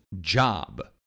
job